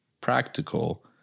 practical